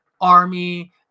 Army